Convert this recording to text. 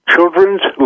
Children's